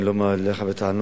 אני לא בא אליך בטענות.